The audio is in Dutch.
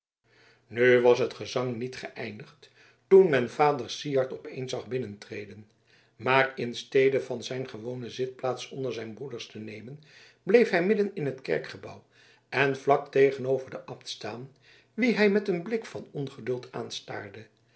nog was het gezang niet geëindigd toen men vader syard op eens zag binnentreden maar in stede van zijn gewone zitplaats onder zijn broeders te nemen bleef hij midden in het kerkgebouw en vlak tegenover den abt staan wien hij met een blik van ongeduld aanstaarde